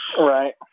Right